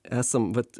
esam vat